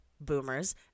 Boomers